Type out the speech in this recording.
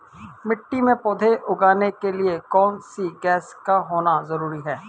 मिट्टी में पौधे उगाने के लिए कौन सी गैस का होना जरूरी है?